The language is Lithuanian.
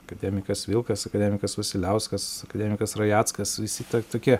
akademikas vilkas akademikas vasiliauskas akademikas rajeckas visi to tokie